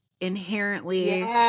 inherently